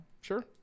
Sure